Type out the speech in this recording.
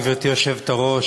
גברתי היושבת-ראש,